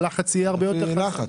הלחץ יהיה הרבה יותר לחץ.